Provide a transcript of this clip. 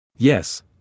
Yes